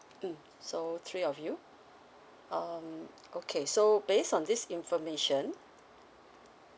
mm so three of you um okay so based on this information